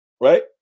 right